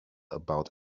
about